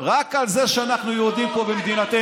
רק על זה שאנחנו היהודים פה במדינתנו.